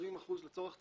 20% לצורך ציבורי,